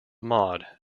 mod